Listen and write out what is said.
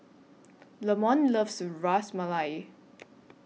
Lamont loves Ras Malai